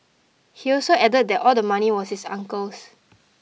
he also added that all the money was his uncle's